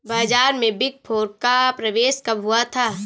बाजार में big four का प्रवेश कब हुआ था?